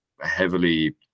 heavily